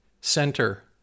center